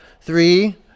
Three